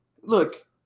look